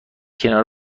کنار